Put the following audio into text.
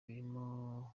birimo